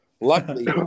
Luckily